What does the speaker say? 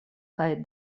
kaj